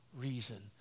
reason